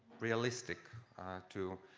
realistic to